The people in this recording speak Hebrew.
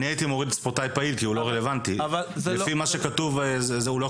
הייתי מוריד את ספורטאי פעיל כי הוא לא רלוונטי.